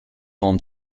home